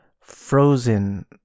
Frozen